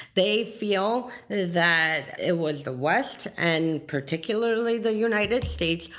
they feel that it was the west, and particularly the united states,